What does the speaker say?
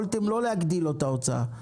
יכולתם לא להגדיל לו את ההוצאה,